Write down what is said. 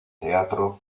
teatro